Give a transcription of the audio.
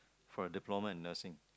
for a diploma in nursing